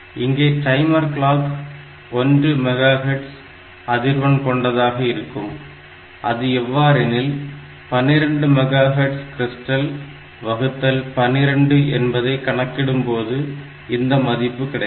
இங்கே timer clock 1 megahertz அதிர்வெண் கொண்டதாக இருக்கும் அது எவ்வாறெனில் 12 மெகா ஹேர்ட்ஸ் கிறிஸ்டல் வகுத்தல் 12 என்பதை கணக்கிடப்படும் போது இந்த மதிப்பு கிடைக்கும்